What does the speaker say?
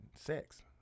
sex